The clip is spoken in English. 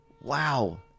wow